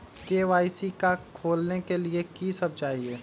KYC का का खोलने के लिए कि सब चाहिए?